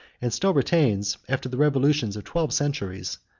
and still retains, after the revolutions of twelve centuries,